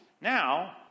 Now